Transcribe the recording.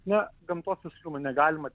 ne gamtos negalima